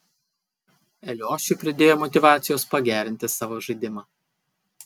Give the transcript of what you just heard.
eliošiui pridėjo motyvacijos pagerinti savo žaidimą